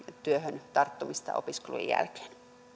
työhön tarttumista opiskelun jälkeen